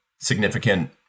significant